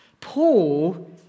Paul